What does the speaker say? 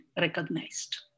recognized